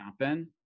happen